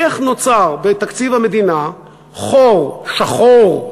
איך נוצר בתקציב המדינה "חור שחור",